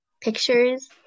pictures